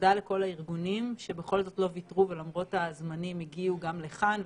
תודה לכל הארגונים שבכל זאת לא ויתרו ולמרות הזמנים הגיעו גם לכאן,